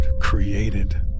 created